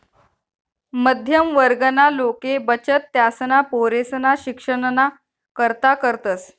मध्यम वर्गना लोके बचत त्यासना पोरेसना शिक्षणना करता करतस